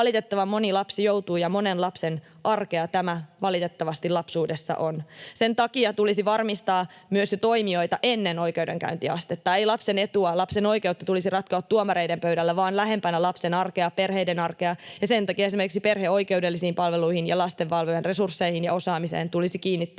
Valitettavan moni lapsi joutuu, ja monen arkea tämä valitettavasti lapsuudessa on. Sen takia tulisi varmistaa myös toimijoita jo ennen oikeudenkäyntiastetta. Ei lapsen etua, lapsen oikeutta tulisi ratkoa tuomareiden pöydällä, vaan lähempänä lapsen arkea, perheiden arkea, ja sen takia esimerkiksi perheoikeudellisiin palveluihin ja lastenvalvojan resursseihin ja osaamiseen tulisi kiinnittää